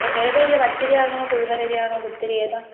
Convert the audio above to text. ഏത് അരിയാണ് പച്ചരിയാണോ പുഴങ്ങലരിയാണോ കുത്തരി ഏതാണ്